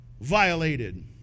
violated